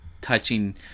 touching